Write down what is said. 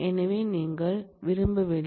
எனவே நீங்கள் விரும்பவில்லை